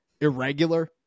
irregular